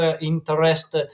interest